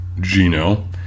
gino